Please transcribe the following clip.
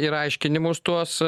ir aiškinimus tuos